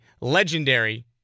legendary